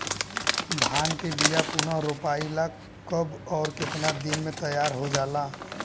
धान के बिया पुनः रोपाई ला कब और केतना दिन में तैयार होजाला?